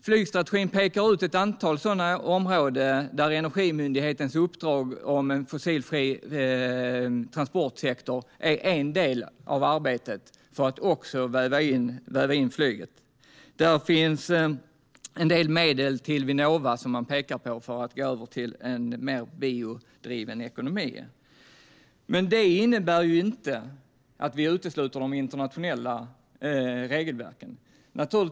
Flygstrategin pekar ut ett antal sådana områden där Energimyndighetens uppdrag om en fossilfri transportsektor är en del av att se luftfartens roll som en del av arbetet för att också väva in flyget. Det finns en del medel till Vinnova som man pekar på för att gå över till en mer biodriven ekonomi. Det innebär inte att vi utesluter de internationella regelverken.